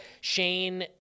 Shane